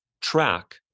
track